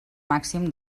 màxim